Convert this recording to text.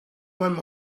through